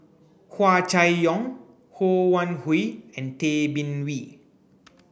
Hua Chai Yong Ho Wan Hui and Tay Bin Wee